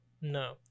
No